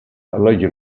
allegedly